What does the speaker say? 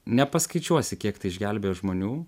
nepaskaičiuosi kiek tai išgelbėjo žmonių